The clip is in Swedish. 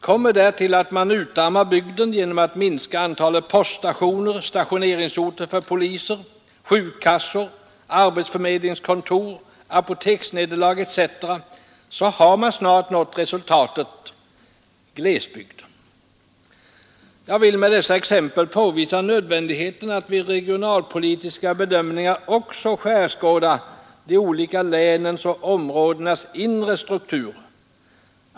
Kommer därtill att man utarmar bygden genom att minska antalet poststationer, stationeringsorter för poliser, sjukkassor, arbetsförmedlingskontor, apoteksnederlag etc., har man snart nått resultat: glesbygd! Jag vill med dessa exempel påvisa nödvändigheten att vid regionalpolitiska bedömningar också skärskåda de olika länens och områdenas inre struktur.